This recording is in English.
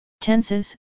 Tenses